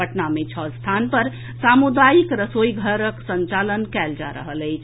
पटना मे छओ स्थान पर सामुदायिक रसोई घरक संचालन कएल जा रहल अछि